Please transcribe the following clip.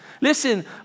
Listen